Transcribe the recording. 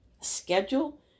schedule